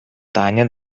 таня